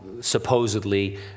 supposedly